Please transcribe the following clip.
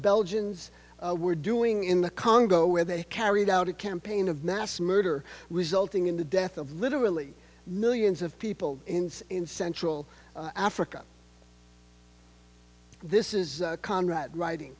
belgians were doing in the congo where they carried out a campaign of mass murder resulting in the death of literally millions of people in central africa this is conrad writing